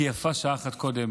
כי יפה שעה אחת קודם.